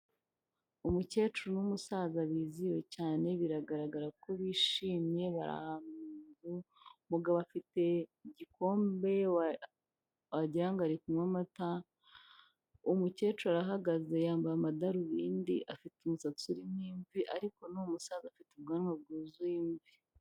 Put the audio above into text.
Umukecuru n'umusaza bizihiwe cyane biragaragara ko bishimye bari ahantu mu nzu, umugabo afite igikombe wagira ngo ari kunywa amata, umukecuru arahagaze yambaye amadarubindi afite umusatsi urimo imvi ariko n'uwo musaza afite ubwanwa bwuzuye imvi.